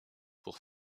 pour